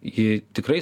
ji tikrai